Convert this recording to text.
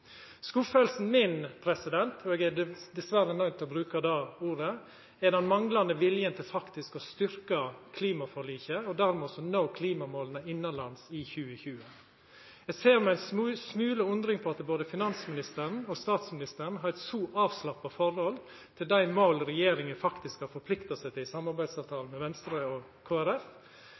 Skuffelsen min – eg er dessverre nøydd til å bruka det ordet – kjem av den manglande viljen til faktisk å styrkja klimaforliket og for dermed å nå klimamåla innanlands i 2020. Eg ser med ein smule undring på at både finansministeren og statsministeren har eit så avslappa forhold til dei måla regjeringa faktisk har forplikta seg til i samarbeidsavtalen med Venstre og